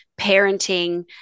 parenting